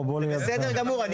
הוא תושב עראבה.